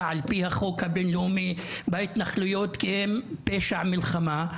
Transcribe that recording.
על פי החוק הבינלאומי בהתנחלויות כי הן פשע מלחמה.